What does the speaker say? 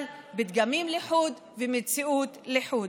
אבל פתגמים לחוד ומציאות לחוד.